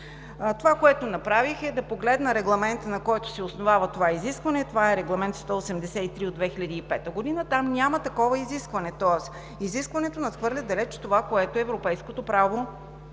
Това, което направих, е да погледна Регламента, на който се основава това изискване – Регламент 183 от 2005 г. Там няма такова изискване. Тоест изискването надхвърля далеч това, което в европейското право е